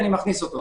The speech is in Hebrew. אני מכניס אותו.